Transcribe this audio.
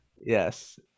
yes